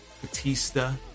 Batista